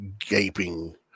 gaping